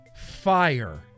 Fire